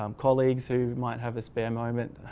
um colleagues who might have a spare moment,